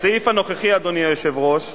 הסעיף הנוכחי, אדוני היושב-ראש,